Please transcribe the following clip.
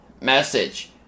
message